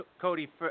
Cody –